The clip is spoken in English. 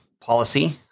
policy